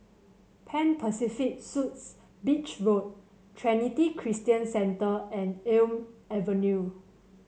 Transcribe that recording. Pan Pacific Suites Beach Road Trinity Christian Centre and Elm Avenue